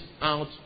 out